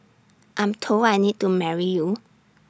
I'm told I need to marry you